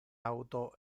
auto